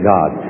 God